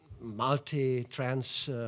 multi-trans